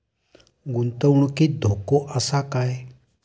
गुंतवणुकीत धोको आसा काय?